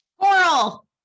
Coral